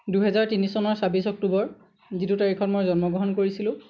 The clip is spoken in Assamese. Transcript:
দুহেজাৰ তিনি চনৰ ছাব্বিছ অক্টোবৰ যিটো তাৰিখত মই জন্ম গ্ৰহণ কৰিছিলোঁ